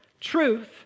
Truth